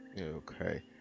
Okay